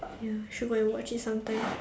ya should go and watch it some time